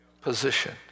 position